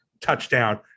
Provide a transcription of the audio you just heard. touchdown